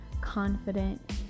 confident